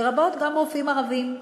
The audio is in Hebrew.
לרבות רופאים ערבים,